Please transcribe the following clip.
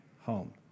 home